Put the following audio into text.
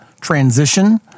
transition